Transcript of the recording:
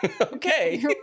okay